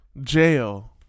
Jail